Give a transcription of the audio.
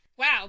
Wow